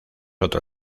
otro